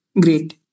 Great